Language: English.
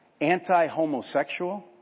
anti-homosexual